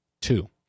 Two